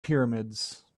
pyramids